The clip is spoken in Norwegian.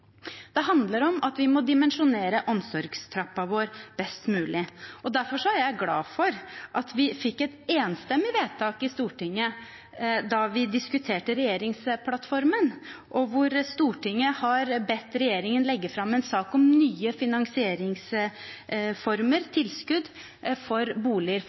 Det handler om at vi må dimensjonere omsorgstrappen vår best mulig. Derfor er jeg glad for at vi fikk et enstemmig vedtak i Stortinget da vi diskuterte regjeringsplattformen, hvor Stortinget ba regjeringen legge fram en sak om nye finansieringsformer, tilskudd, for boliger